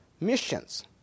missions